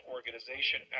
Organization